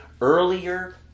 earlier